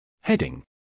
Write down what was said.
Heading